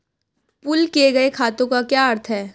Pool किए गए खातों का क्या अर्थ है?